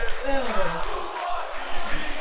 well, there's some mystery about him.